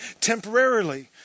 temporarily